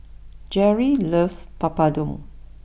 Jeri loves Papadum